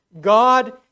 God